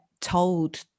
told